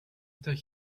that